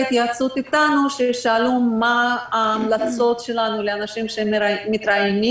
התייעצות איתנו כששאלו מה ההמלצות שלנו לאנשים שמתראיינים